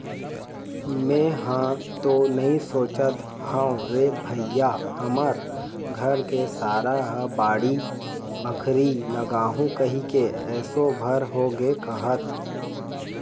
मेंहा तो नइ सोचत हव रे भइया हमर घर के सारा ह बाड़ी बखरी लगाहूँ कहिके एसो भर होगे कहत